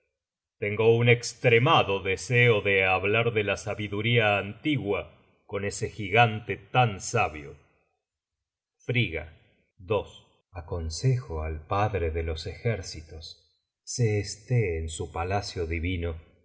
tengo un estremado deseo de hablar de la sabiduría antigua con ese gigante tan sabio frigga aconsejo al padre de los ejércitos se esté en su palacio